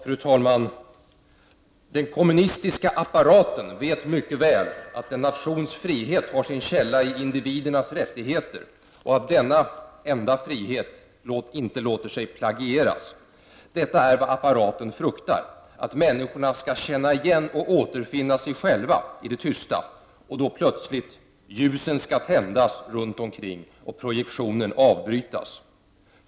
Fru talman! Den kommunistiska apparaten vet mycket väl att en nations frihet har sin källa i individernas rättigheter och att denna enda frihet inte låter sig plagieras. Detta är vad apparaten fruktar, att människorna skall känna igen och återfinna sig själva i det tysta. Och då plötsligt skall ljusen tändas runt omkring och projektionen avbrytas.